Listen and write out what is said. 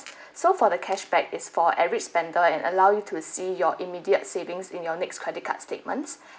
so far the cashback is for average spender and allow you to see your immediate savings in your next credit card statements